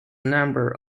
number